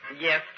Yes